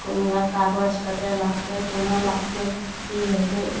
कोन वएह कागज कते लागतय केना लागतय की हेतय